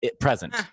present